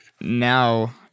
now